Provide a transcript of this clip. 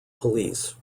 police